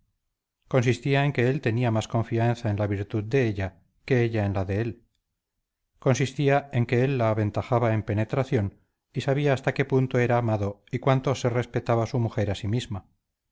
consistía en que él tenía más confianza en la virtud de ella que ella en la de él consistía en que él la aventajaba en penetración y sabía hasta qué punto era amado y cuánto se respetaba su mujer a sí misma